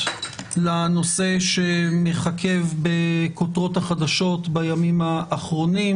לנושא שמככב בכותרות החדשות בימים האחרונים,